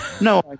No